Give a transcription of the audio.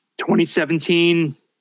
2017